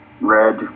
Red